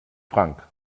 frank